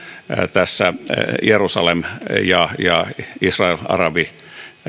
tässä jerusalem ja ja israel arabi